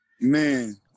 man